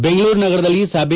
ಬೆಂಗಳೂರು ನಗರದಲ್ಲಿ ಸಭೆ